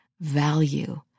value